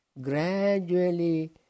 Gradually